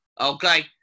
Okay